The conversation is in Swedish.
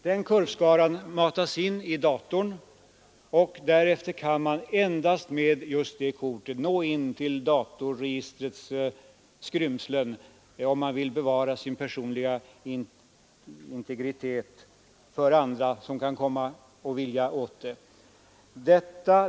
Den kurvskaran matas in i datorn, och därefter kan man endast med just det kortet nå in till datorregistrets informationer. På det sättet skyddas den personliga integriteten mot obehöriga som kan vilja komma åt den.